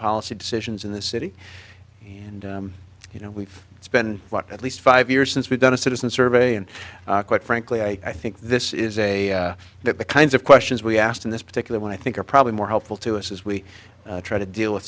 policy decisions in the city and you know it's been at least five years since we've done a citizen survey and quite frankly i think this is a that the kinds of questions we asked in this particular one i think are probably more helpful to us as we try to deal with